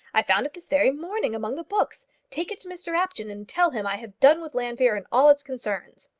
i found it this very morning among the books. take it to mr apjohn, and tell him i have done with llanfeare and all its concerns.